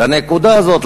לנקודה הזאת,